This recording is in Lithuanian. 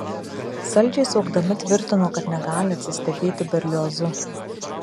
saldžiai suokdami tvirtino kad negali atsistebėti berliozu